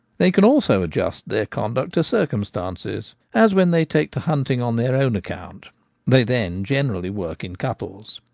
they can also adjust their conduct to cir cumstances, as when they take to hunting on their own account they then generally work in couples.